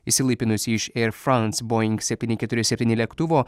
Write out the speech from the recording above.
išsilaipinusį iš eir franc boing septyni keturi septyni lėktuvo